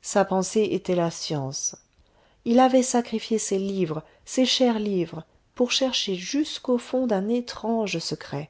sa pensée était la science il avait sacrifié ses livres ses chers livres pour chercher jusqu'au fond d'un étrange secret